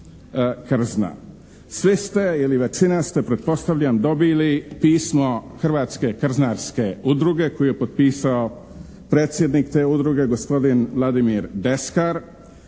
krzna. Svi ste ili većina ste, pretpostavljam dobili pismo Hrvatske krznarske udruge koju je potpisao predsjednik te udruge gospodin Vladimir Deskar.